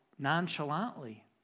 Nonchalantly